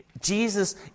Jesus